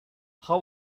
how